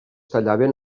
tallaven